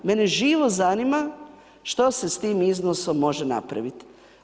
Mene živo zanima, što se s tim iznosom može napravit?